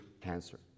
cancer